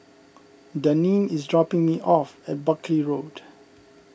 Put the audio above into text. Daneen is dropping me off at Buckley Road